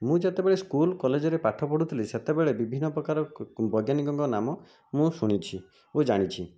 ମୁଁ ଯେତେବେଳେ ସ୍କୁଲ କଲେଜରେ ପାଠପଢ଼ୁଥିଲି ସେତେବେଳେ ବିଭିନ୍ନ ପ୍ରକାର ବୈଜ୍ଞାନିଙ୍କ ନାମ ମୁଁ ଶୁଣିଛି ଓ ଜାଣିଛି